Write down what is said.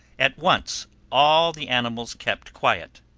at once all the animals kept quiet.